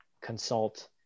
consult